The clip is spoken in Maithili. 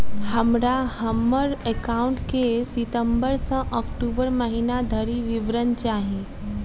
हमरा हम्मर एकाउंट केँ सितम्बर सँ अक्टूबर महीना धरि विवरण चाहि?